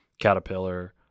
Caterpillar